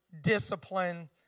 discipline